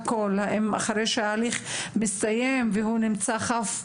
אחרי שההליך יסתיים והוא יימצא חף מפשע,